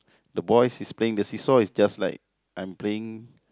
the boys is playing the see-saw is just like I'm playing